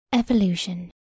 Evolution